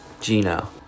Gino